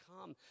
come